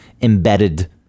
embedded